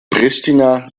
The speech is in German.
pristina